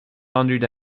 hundred